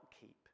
keep